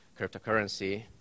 cryptocurrency